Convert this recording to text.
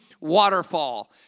waterfall